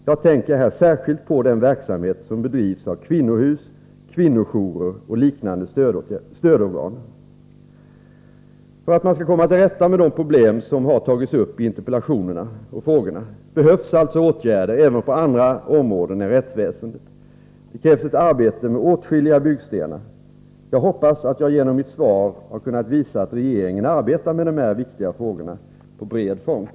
Jag tänker här särskilt på den verksamhet som bedrivs av kvinnohus, kvinnojourer och liknande stödorgan. För att man skall komma till rätta med de problem som har tagits upp i interpellationerna och frågorna behövs alltså åtgärder även på andra områden än rättsväsendets. Det krävs ett arbete med åtskilliga byggstenar. Jag hoppas att jag genom mitt svar kunnat visa att regeringen arbetar med dessa viktiga frågor på bred front.